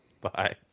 Bye